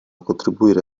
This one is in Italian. contribuire